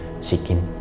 seeking